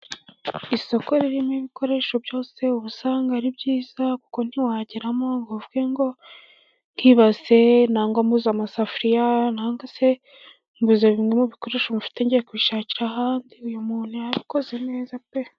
Isoko ririmo ibikoresho byose, uba usanga ari byiza kuko ntiwageramo ngo uvuge ngo nk'ibase cyangwa mbuze amasafuriya, cyangwa se mbuze bimwe mu bikoresho mufite ngiye kubishakira ahandi. Uyu muntu yabikoze neza pe!